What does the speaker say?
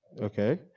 Okay